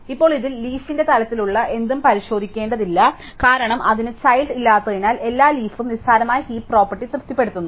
ഇപ്പോൾ ഇതിൽ ലീഫിന്റെ തലത്തിലുള്ള എന്തും പരിശോധിക്കേണ്ടതില്ല കാരണം അതിന് ചൈൽഡ് ഇല്ലാത്തതിനാൽ എല്ലാ ലീഫും നിസ്സാരമായി ഹീപ് പ്രോപ്പർട്ടി തൃപ്തിപ്പെടുത്തുന്നു